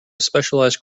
specialized